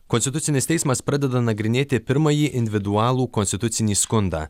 konstitucinis teismas pradeda nagrinėti pirmąjį individualų konstitucinį skundą